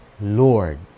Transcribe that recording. Lord